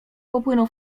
popłynął